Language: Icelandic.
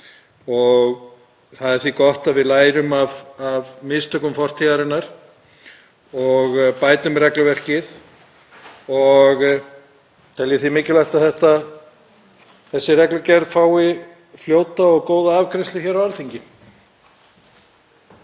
Það er því gott að við lærum af mistökum fortíðarinnar og bætum regluverkið og tel ég því mikilvægt að þessi reglugerð fái fljóta og góða afgreiðslu hér á Alþingi.